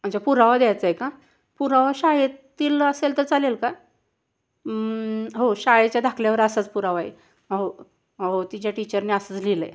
अच्छा पुरावा द्यायचा आहे का पुरावा शाळेतील असेल तर चालेल का हो शाळेच्या दाखल्यावर असाच पुरावा आहे हो तिच्या टीचरनी असंच लिहिलं आहे